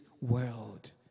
world